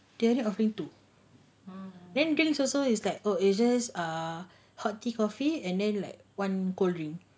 they only offering two then drinks also is like oh asia's err hot tea coffee and then like one cold drink